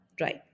Right